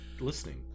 Listening